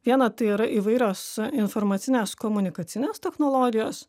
viena tai yra įvairios informacinės komunikacinės technologijos